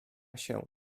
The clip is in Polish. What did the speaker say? się